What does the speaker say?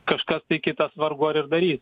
kažkas tai kitas vargu ar ir darys